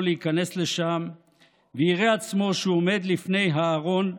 להיכנס לשם ויראה עצמו שהוא עומד לפני הארון,